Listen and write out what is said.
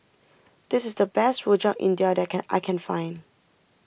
this is the best Rojak India that can I can find